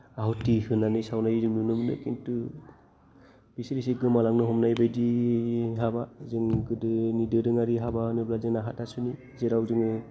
आहुति होनानै सावनाय जों नुनो मोनो किन्तु बेसोर इसे गोमालांनो हमनाय बायदि हाबा जों गोदोनि दोरोंआरि हाबा होनोब्ला जोङो हाथासुनि जेराव जोङो